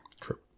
True